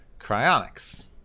cryonics